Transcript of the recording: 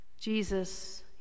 Jesus